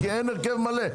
כי אין הרכב מלא.